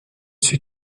suis